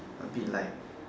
a bit like